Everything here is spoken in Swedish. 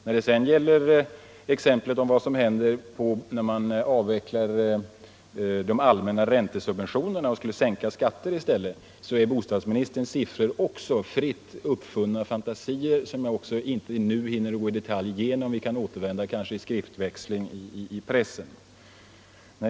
När det gäller exemplet på vad som händer då man avvecklar de allmänna räntesubventionerna och i stället sänker skatterna är bostadsministerns siffror också fritt uppfunna fantasier, som jag inte nu i detalj hinner gå igenom — vi kanske kan återkomma till dem i skriftväxling i pressen.